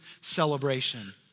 celebration